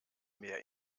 mehr